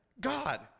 God